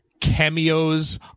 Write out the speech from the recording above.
cameos